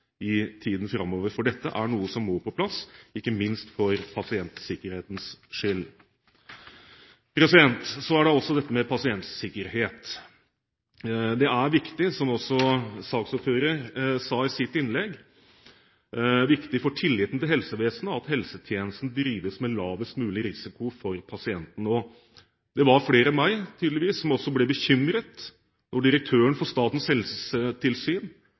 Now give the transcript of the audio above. i tiden framover, for dette er noe som må på plass, ikke minst for pasientsikkerhetens skyld. Så er det dette med pasientsikkerhet. Det er, som også saksordføreren sa i sitt innlegg, viktig for tilliten til helsevesenet at helsetjenesten drives med lavest mulig risiko for pasientene. Det var tydeligvis flere enn meg som ble bekymret da direktøren for Statens